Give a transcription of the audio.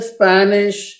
Spanish